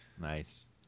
nice